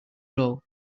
low